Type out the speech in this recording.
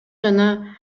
жана